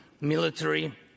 military